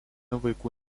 vaikų